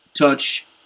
Touch